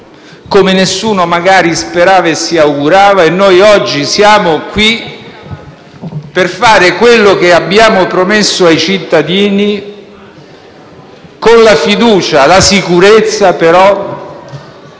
come nessuno magari sperava e si augurava, e noi oggi siamo qui per fare quello che abbiamo promesso ai cittadini, con la fiducia e la sicurezza, però,